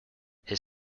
his